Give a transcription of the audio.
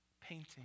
painting